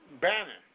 Bannon